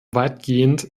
weitgehend